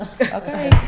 Okay